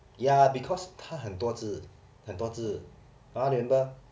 ya because 他很多只很多只